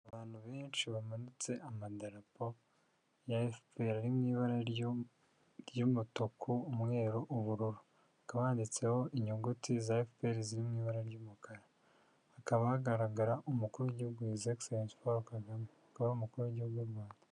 Abantu benshi bamanutse amadarapo ya FPR ari mu ibara ry'umutuku, umweru, ubururu. Hakaba banditseho inyuguti za FPR ziri mu ibara ry'umukara. Hakaba hagaragara umukuru w'igihugu his excellence Paul KAGAME akaba ari umukuru w'igihugu cy'uRwanda.